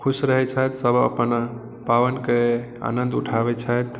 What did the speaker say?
खुश रहै छथि आओर सब अपन पाबनिके आनन्द उठाबै छथि